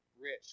rich